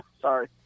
Sorry